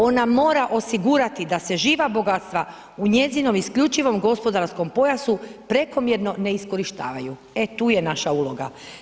Ona mora osigurati da se živa bogatstva u njezinom isključivom gospodarskom pojasu prekomjerno ne iskorištavaju, e tu je naša uloga.